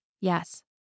Yes